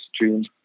June